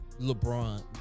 LeBron